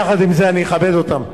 יחד עם זה, אני אכבד אותן.